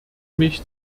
mich